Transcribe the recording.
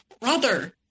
brother